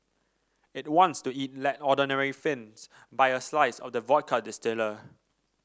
it wants to it let ordinary Finns buy a slice of the vodka distiller